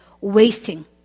wasting